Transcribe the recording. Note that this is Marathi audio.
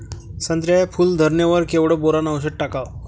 संत्र्याच्या फूल धरणे वर केवढं बोरोंन औषध टाकावं?